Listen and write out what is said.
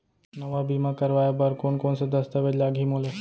नवा बीमा करवाय बर कोन कोन स दस्तावेज लागही मोला?